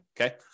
Okay